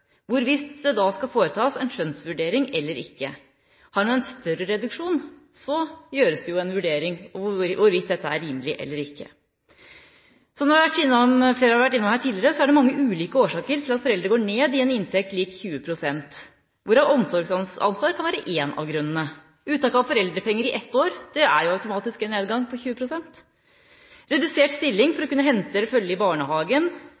hvorvidt det da skal foretas en skjønnsvurdering eller ikke. Har man en større reduksjon, gjøres det en vurdering av hvorvidt dette er rimelig eller ikke. Som flere har vært inne på tidligere, er det mange ulike årsaker til at foreldre går ned i inntekt lik 20 pst., hvorav omsorgsansvar kan være én av grunnene. Uttak av foreldrepenger i ett år er automatisk en nedgang på 20 pst., redusert stilling for å kunne hente i eller følge til barnehagen